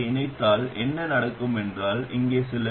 கண்களை மூடிக்கொண்டு இதைச் செய்ய முடியும் என்று நான் நம்புகிறேன்